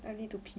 I need to pee